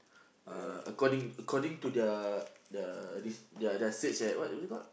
uh according according to their their re~ their their search at what what is it called